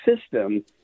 system –